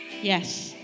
Yes